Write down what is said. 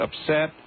upset